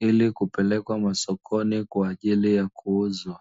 ili kupelekwa masokoni kwa ajili ya kuuzwa.